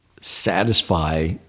satisfy